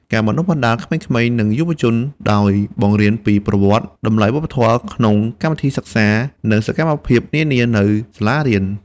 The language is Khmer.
ការបណ្តុះបណ្តាលក្មេងៗ និងយុវជន ដោយបង្រៀនពីប្រវត្តិ តម្លៃវប្បធម៌ក្នុងកម្មវិធីសិក្សា និងសកម្មភាពនានានៅសាលារៀន។